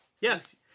yes